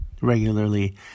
regularly